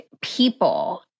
people